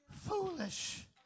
Foolish